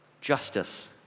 justice